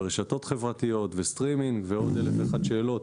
ורשתות חברתיות וסטרימינג ועוד אלף ואחת שאלות